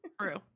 True